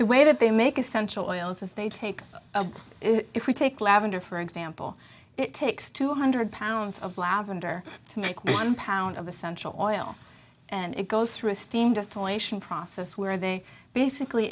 the way that they make essential oils as they take if we take lavender for example it takes two hundred pounds of lavender to make one pound of essential oil and it goes through a steam distillation process where they basically